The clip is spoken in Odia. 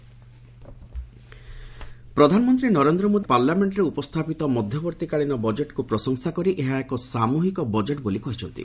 ପିଏମ୍ ୱେଷ୍ଟବେଙ୍ଗଲ ପ୍ରଧାନମନ୍ତ୍ରୀ ନରେନ୍ଦ୍ର ମୋଦି ପାର୍ଲାମେଣ୍ଟରେ ଉପସ୍ଥାପିତ ମଧ୍ୟବର୍ତ୍ତୀକାଳୀନ ବଜେଟ୍କୁ ପ୍ରଶଂସା କରି ଏହା ଏକ ସାମୃହିକ ବଜେଟ୍ ବୋଲି କହିଛନ୍ତି